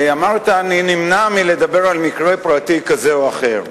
ואמרת: אני נמנע מלדבר על מקרה פרטי כזה או אחר.